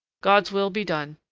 god's will be done!